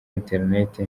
interineti